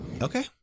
Okay